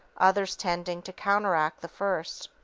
others tending to counteract the first.